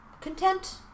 content